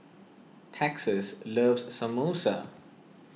Texas loves Samosa